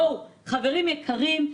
חברים יקרים,